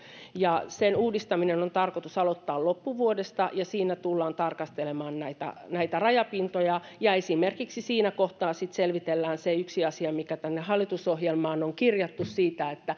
ja sen uudistaminen on tarkoitus aloittaa loppuvuodesta siinä tullaan tarkastelemaan näitä näitä rajapintoja ja esimerkiksi siinä kohtaa sitten selvitellään se yksi asia mikä tänne hallitusohjelmaan on kirjattu se